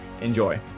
Enjoy